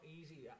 easy